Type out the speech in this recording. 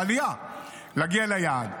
ועלייה כדי להגיע ליעד.